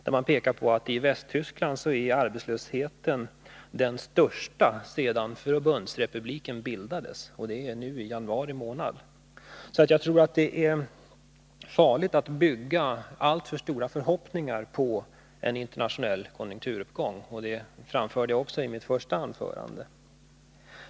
Det påpekas att arbetslösheten i Västtyskland är den största sedan Förbundsrepubliken bildades. Uppgifterna gäller januari månad i år. Jag tror att det är farligt att bygga alltför stora förhoppningar på en internationell konjunkturuppgång, och det framförde jag också i mitt första anförande.